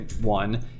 one